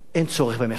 אין צורך במחאה.